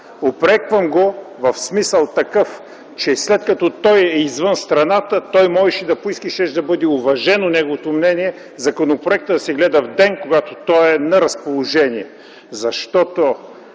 Упреквам го в смисъл, че след като той е извън страната, можеше да поиска и щеше да бъде уважено неговото мнение, законопроектът да се гледа в ден, когато той е на разположение.